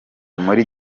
muri